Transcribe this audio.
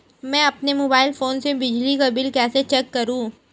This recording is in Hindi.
मैं अपने मोबाइल फोन से बिजली का बिल कैसे चेक करूं?